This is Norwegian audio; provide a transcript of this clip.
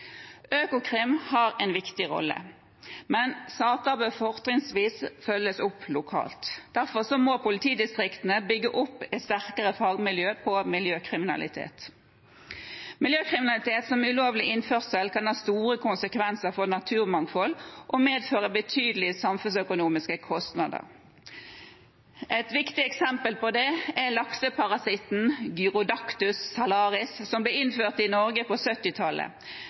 Økokrim har en viktig rolle, men saker bør fortrinnsvis følges opp lokalt. Derfor må politidistriktene bygge opp et sterkere fagmiljø på miljøkriminalitet. Miljøkriminalitet, som ulovlig innførsel, kan ha store konsekvenser for naturmangfold og medføre betydelige samfunnsøkonomiske kostnader. Et viktig eksempel på det er lakseparasitten gyrodactylus salaris, som ble innført i Norge på